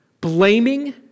blaming